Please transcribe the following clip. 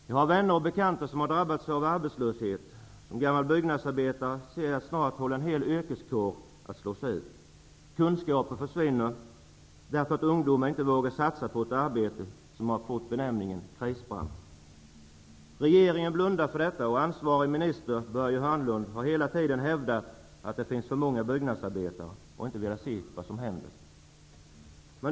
Jag har vänner och bekanta som har drabbats av arbetslöshet. Som gammal byggnadsarbetare ser jag att en hel yrkeskår håller på att slås ut. Kunskaper försvinner därför att ungdomarna inte vågar satsa på ett arbete som har fått benämningen krisbransch. Börje Hörnlund har hela tiden hävdat att det finns för många byggnadsarbetare och har inte velat se vad som händer.